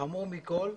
חמור מכל,